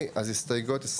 4 ההסתייגויות לא התקבלו.